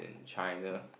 China